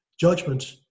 judgment